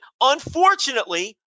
unfortunately